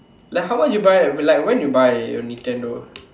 like how much you buy like when you buy your Nintendo